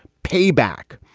payback.